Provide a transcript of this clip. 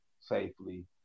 safely